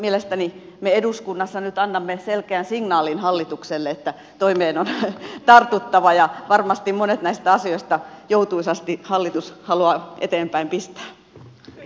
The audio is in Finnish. mielestäni me eduskunnassa nyt annamme selkeän signaalin hallitukselle että toimeen on tartuttava ja varmasti monet näistä asioista joutuisasti hallitus haluaa eteenpäin pistää